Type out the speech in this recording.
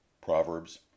Proverbs